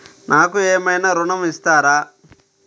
నాకు ఏమైనా ఋణం ఇస్తారా?